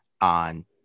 on